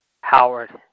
Howard